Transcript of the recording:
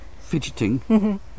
fidgeting